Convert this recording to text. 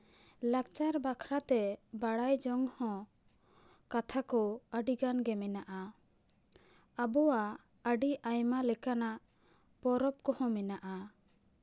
ᱞᱟᱠᱪᱟᱨ ᱵᱟᱠᱷᱨᱟ ᱛᱮ ᱵᱟᱲᱟᱭ ᱡᱚᱝ ᱦᱚᱸ ᱠᱟᱛᱷᱟ ᱠᱚ ᱟᱹᱰᱤᱜᱟᱱ ᱜᱮ ᱢᱮᱱᱟᱜᱼᱟ ᱟᱵᱚᱣᱟᱜ ᱟᱹᱰᱤ ᱟᱭᱢᱟ ᱞᱮᱠᱟᱱᱟᱜ ᱯᱚᱨᱚᱵᱽ ᱠᱚᱦᱚᱸ ᱢᱮᱱᱟᱜᱼᱟ